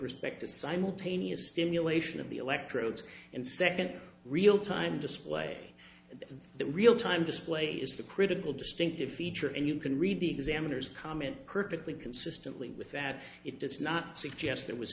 respect to simultaneous stimulation of the electrodes and second in real time display that real time display is the critical distinctive feature and you can read the examiner's comment perfectly consistently with that it does not suggest there was